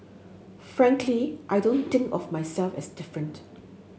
frankly I don't think of myself as different